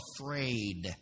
afraid